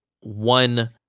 one